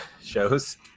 shows